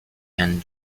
and